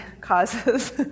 causes